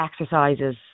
exercises